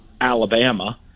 Alabama